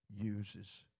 uses